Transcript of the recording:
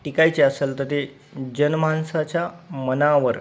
टिकायची असेल तर ते जनमानसाच्या मनावर